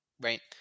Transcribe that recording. right